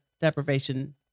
deprivation